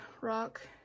rock